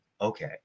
okay